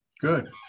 Good